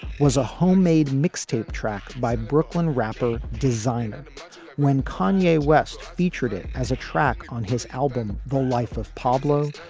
was a homemade mixtape tracked by brooklyn rapper designer when konya west featured it as a track on his album, the life of pablo.